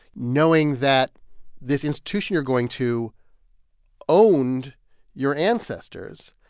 knowing that this institution you're going to owned your ancestors.